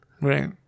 Right